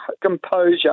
composure